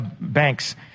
banks